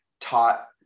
taught